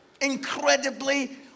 incredibly